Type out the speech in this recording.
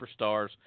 superstars